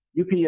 UPS